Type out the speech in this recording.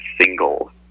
single